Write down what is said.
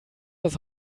das